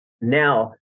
Now